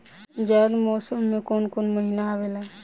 जायद मौसम में काउन काउन महीना आवेला?